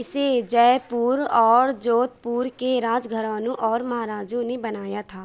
اسے جے پور اور جودھ پور کے راج گھرانوں اور مہاراجوں نے بنایا تھا